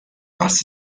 was